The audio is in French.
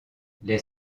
les